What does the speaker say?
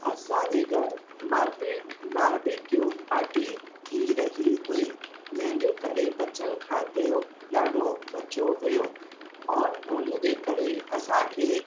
असांजे घर barbie barbecue party थी रही हुई जंहिंजे करे बचियल खाते यो ॾाढो बचियो हुओ और हुनजे करे असांखे